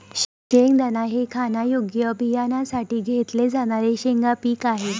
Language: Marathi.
शेंगदाणा हे खाण्यायोग्य बियाण्यांसाठी घेतले जाणारे शेंगा पीक आहे